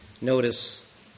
Notice